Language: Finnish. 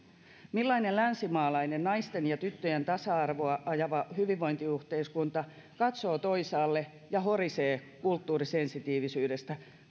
millainen länsimaalainen naisten ja tyttöjen tasa arvoa ajava hyvinvointiyhteiskunta katsoo toisaalle ja horisee kulttuurisensitiivisyydestä